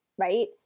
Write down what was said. right